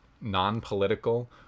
non-political